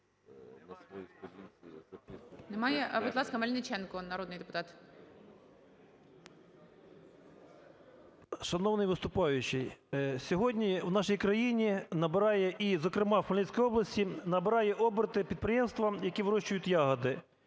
Немає? Будь ласка, Мельниченко народний депутат. 16:55:20 МЕЛЬНИЧЕНКО В.В. Шановний виступаючий, сьогодні у нашій країні набирає, і, зокрема в Хмельницькій області, набирають оберти підприємства, які вирощують ягоди: